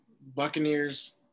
Buccaneers